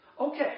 Okay